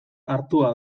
hartua